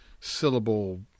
syllable